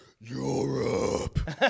Europe